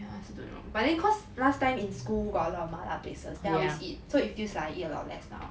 I also don't know but then cause last time in school got a lot of 麻辣 places then I always eat so it feels like I eat a lot lesser now